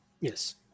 yes